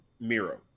Miro